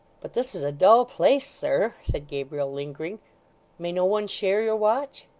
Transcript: but this is a dull place, sir said gabriel lingering may no one share your watch